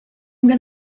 going